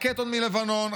רקטות מלבנון,